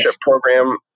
program